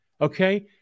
Okay